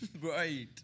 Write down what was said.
Right